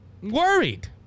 worried